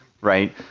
right